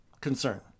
concern